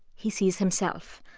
he sees himself,